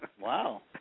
Wow